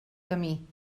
camí